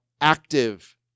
active